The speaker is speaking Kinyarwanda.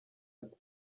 ati